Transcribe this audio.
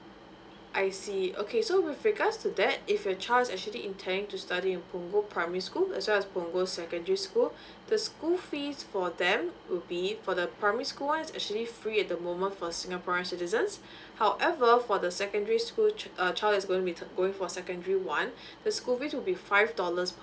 I see okay so with regards to that if your child actually intending to study in punggol primary school as well as punggol secondary school the school fees for them would be for the primary school one actually free at the moment for singaporeans citizens however for the secondary school uh child is going with going for a secondary one the school fee would be five dollars